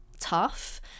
tough